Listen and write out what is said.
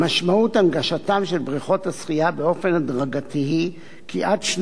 משמעות הנגשתן של בריכות השחייה באופן הדרגתי היא כי עד שנת